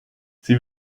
sie